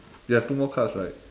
you have two more cards right